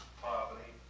poverty,